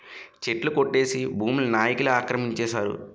చెట్లు కొట్టేసి భూముల్ని నాయికులే ఆక్రమించేశారు